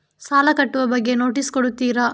ಸಾಲ ಕಟ್ಟುವ ಬಗ್ಗೆ ನೋಟಿಸ್ ಕೊಡುತ್ತೀರ?